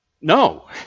No